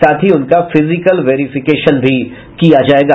साथ ही उनका फिजिकल वेरीफिकेशन भी किया जायेगा